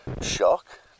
Shock